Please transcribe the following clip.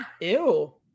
Ew